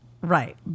right